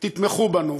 תתמכו בנו.